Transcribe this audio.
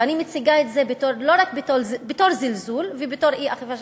ואני מציגה את זה בתור זלזול ובתור אי-אכיפה,